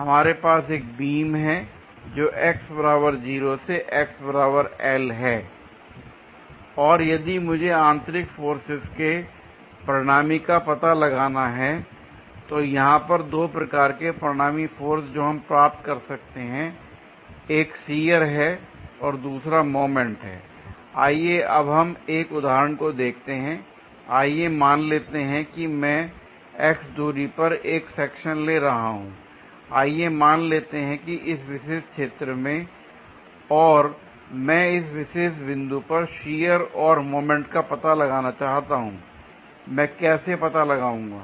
हमारे पास एक बीम है जो से है और यदि मुझे आंतरिक फोर्सेज के परिणामी का पता लगाना है तो यहां पर दो प्रकार के परिणामी फोर्स जो हम प्राप्त कर सकते हैं एक शियर हैं और दूसरा मोमेंट हैं l आइए अब हम एक उदाहरण को देखते हैं आइए मान लेते हैं कि मैं x दूरी पर एक सेक्शन ले रहा हूं आइए मान लेते हैं कि इस विशेष क्षेत्र में और मैं इस विशेष बिंदु पर शियर और मोमेंट का पता लगाना चाहता हूं l मैं कैसे पता लगाऊंगा